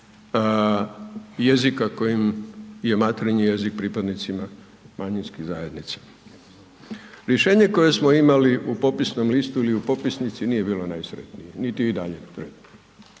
jezika kojim je materinji jezik pripadnicima manjinskih zajednica. Rješenje koje smo imali u popisnom listu ili u popisnici nije bilo najsretnije niti i dalje